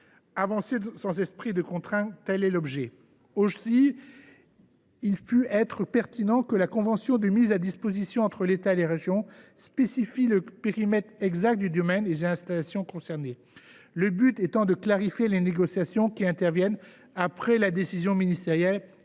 mais sans esprit de contrainte, tel est l’objet de ce texte. En outre, il aurait pu être pertinent que la convention de mise à disposition entre l’État et la région précise le périmètre exact du domaine et des installations concernés, le but étant de clarifier les négociations qui interviennent après la décision ministérielle,